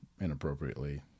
inappropriately